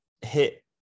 hit